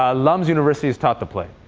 ah lums university has taught the play.